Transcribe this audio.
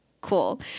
Cool